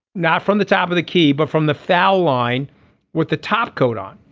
not from the top of the key but from the foul line with the top coat on.